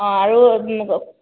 অঁ আৰু